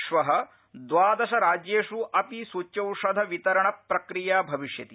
श्व द्वादशराज्येष् अपि सुच्यौषधवितरणप्रक्रिया भविष्यति